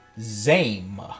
Zame